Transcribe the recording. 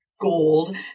gold